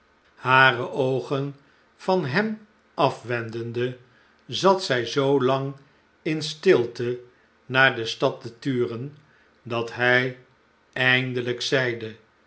hare oogen van hem afwendende zat zij zoo lang in stilte naar de stad te turen dat hij eindelijk zeide